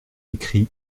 écrit